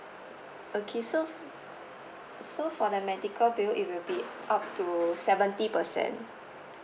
oaky so so for the medical bill it will be up to seventy percent